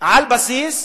על בסיס